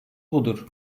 budur